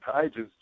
pages